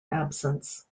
absence